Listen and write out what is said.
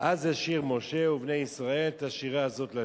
"אז ישיר משה ובני ישראל את השירה הזאת לה'".